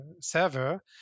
server